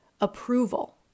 approval